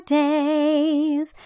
days